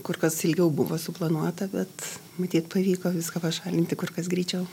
kur kas ilgiau buvo suplanuota bet matyt pavyko viską pašalinti kur kas greičiau